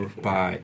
Bye